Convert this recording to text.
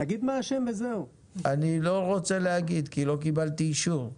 את השם שלה, כי לא קיבלתי אישור,